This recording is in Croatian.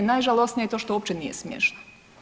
Najžalosnije je to što uopće nije smiješno.